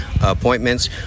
appointments